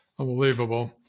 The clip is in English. Unbelievable